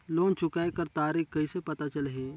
Loan चुकाय कर तारीक कइसे पता चलही?